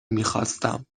میخواستم